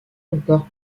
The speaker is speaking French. encore